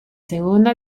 segunda